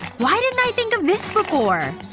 why didn't i think of this before?